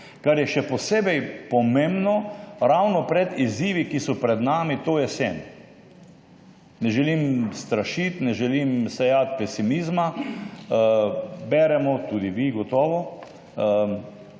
kar je še posebej pomembno ravno pred izzivi, ki so pred nami to jesen. Ne želim strašiti, ne želim sejati pesimizma, beremo, tudi vi, gotovo,